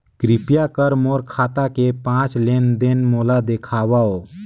कृपया कर मोर खाता के पांच लेन देन मोला दिखावव